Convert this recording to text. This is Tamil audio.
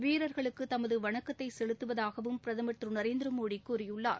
வீரர்களுக்கு தமது வணக்கத்தை செலுத்துவதாகவும் பிரதமர் திரு நரேந்திரமோடி கூறியுள்ளார்